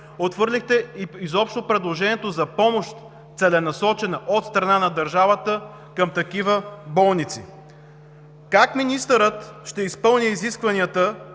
отхвърлихте и изобщо предложението за целенасочена помощ от страна на държавата към такива болници. Как министърът ще изпълни изискванията